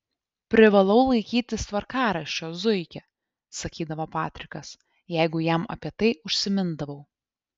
privalau laikytis tvarkaraščio zuiki sakydavo patrikas jeigu jam apie tai užsimindavau